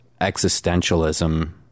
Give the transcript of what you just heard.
existentialism